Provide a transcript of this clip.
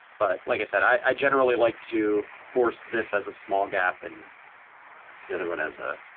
but like i said, i generally like to force this as a small gap and the other one as a